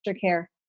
care